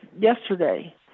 yesterday